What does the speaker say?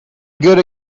good